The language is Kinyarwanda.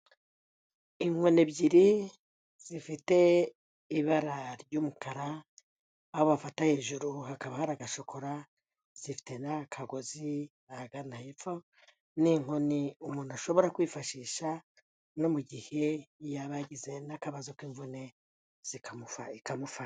Inkoni ebyiri zifite ibara ry'umukara, aho bafata hejuru hakaba hari agashokora, zifite n'akagozi ahagana hepfo, ni inkoni umuntu ashobora kwifashisha no mu gihe yaba yagize n'akabazo k'imvune ikamufasha.